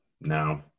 no